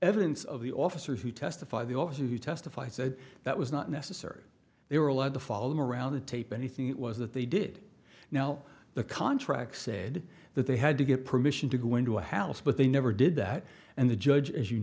evidence of the officers who testified the officer who testified said that was not necessary they were allowed to follow them around the tape anything it was that they did now the contract said that they had to get permission to go into a house but they never did that and the judge as you